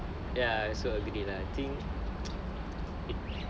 ya I also agree lah think it